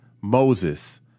Moses